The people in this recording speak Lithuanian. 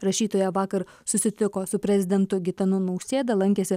rašytoja vakar susitiko su prezidentu gitanu nausėda lankėsi